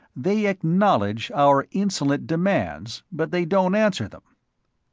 they acknowledge our insolent demands, but they don't answer them.